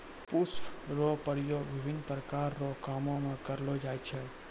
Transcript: पुष्प रो उपयोग विभिन्न प्रकार रो कामो मे करलो जाय छै